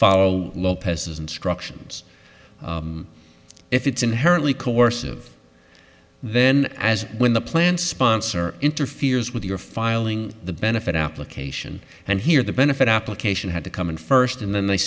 follow lopez's instructions if it's inherently coercive then as when the plan sponsor interferes with your filing the benefit application and here the benefit application had to come in first and then they